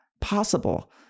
possible